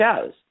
shows